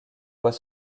voit